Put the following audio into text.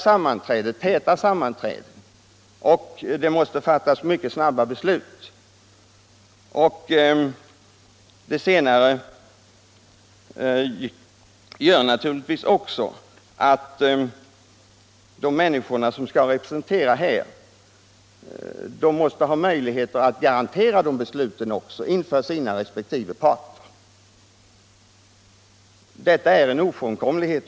Sammanträdena är täta, och beslut måste snabbt fattas. Det senare gör också att de människor som skall vara representerade i nämnden måste ha möjlighet att garantera besluten också inför sina resp. partier. Detta är ofrånkomligt.